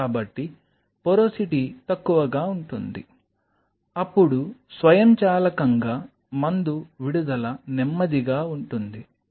కాబట్టి పోరోసిటీ తక్కువగా ఉంటుంది అప్పుడు స్వయంచాలకంగా మందు విడుదల నెమ్మదిగా ఉంటుంది